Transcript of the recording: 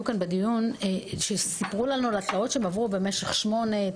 כאן בדיון והם סיפרו לנו על התלאות שהם עברו במשך 8,